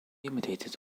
imitated